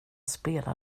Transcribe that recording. spelar